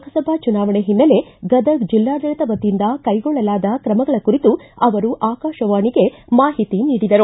ಲೋಕಸಭಾ ಚುನಾವಣೆ ಹಿನ್ನೆಲೆ ಗದಗ್ ಚಿಲ್ಲಾಡಳಿತ ವತಿಯಿಂದ ಕೈಗೊಳ್ಳಲಾದ ಕ್ರಮಗಳ ಕುರಿತು ಅವರು ಆಕಾಶವಾಣಿಗೆ ಮಾಹಿತಿ ನೀಡಿದರು